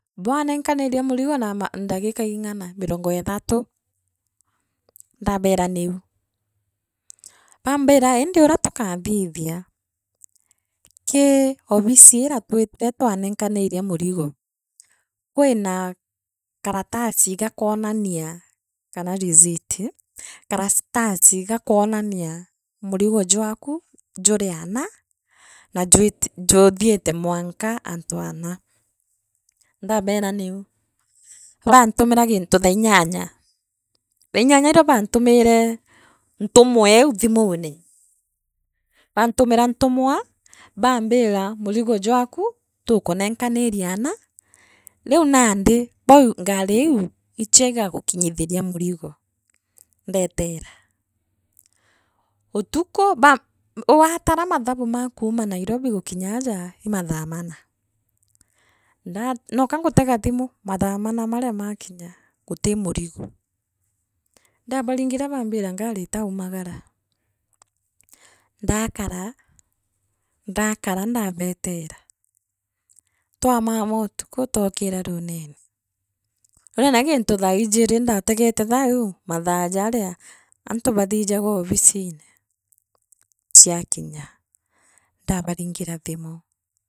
Bware nkaniria murigo na ma ndagika igana mirongo ithatu, ndaabira niu baambira indi uria tukathithia, kii obisi iria twitire twanenkaniria murigo, kwina karatasi ga kwonania kana riziti karasi karatasi gakwonania murigo jwaka jurianaana jwiti jathiite mwanka antu anaa, ndabeera niu. Baantumira gintu thainyanya. thainyanya irio baantumire ntumwa eu thimune, baantumira ntumwa baambira murigo jwaku tukaneenkaniria ana riu nandi bau ngari iu ichio igagukinyithiria murigo ndeetera. Utuku baa waatara mathabu maa kuma Nairobi gukiryaa aja ii mathaa mana. Ndaa noka ngutega thimu mathaa mara maria makirya guti murigo. ndabarabiringe ba mbira ngarita umakara ndakara ndakaranda beetena twamama utuku twokira ruunene ruunene giintu thaa ijiri ndategete thaa uu mathaa jaaria antu bachiijaga obisine aakirya ndabaringira thimu.